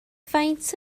faint